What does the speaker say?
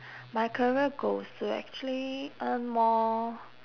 my career goal is to actually earn more